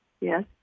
Yes